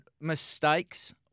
mistakes